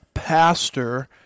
Pastor